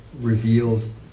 reveals